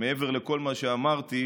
מעבר לכל מה שאמרתי,